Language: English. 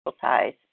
ties